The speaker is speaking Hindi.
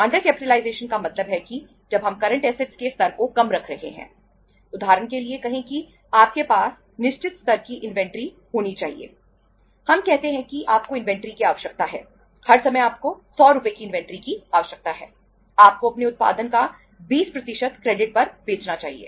अंडर केपीटलाइजेशन की आवश्यकता है हर समय आपको 100 रुपये की इन्वेंट्री की आवश्यकता है आपको अपने उत्पादन का 20 क्रेडिट पर बेचना चाहिए